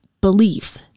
belief